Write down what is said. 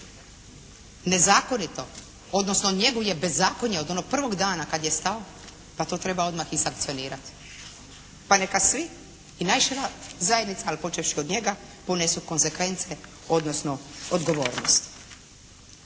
nezakonito, odnosno njeguje bezakonje od onog prvog dana kad je stao, pa to treba odmah i sankcionirati. Pa neka svi i najšira zajednica, ali počevši od njega ponesu konzekvence, odnosno odgovornost.